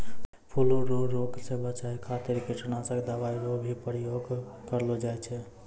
फूलो रो रोग से बचाय खातीर कीटनाशक दवाई रो भी उपयोग करलो जाय छै